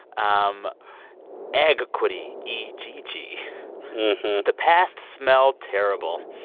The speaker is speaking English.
um eggquity e g g the past smelled terrible,